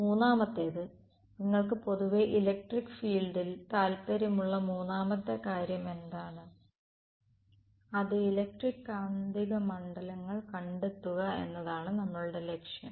മൂന്നാമത്തേത് നിങ്ങൾക്ക് പൊതുവെ ഇലക്ട്രിക് ഫീൽഡിൽ താൽപ്പര്യമുള്ള മൂന്നാമത്തെ കാര്യം എന്താണ് അത് ഇലക്ട്രിക് കാന്തിക മണ്ഡലങ്ങൾ കണ്ടെത്തുക എന്നതാണ് നമ്മളുടെ ലക്ഷ്യം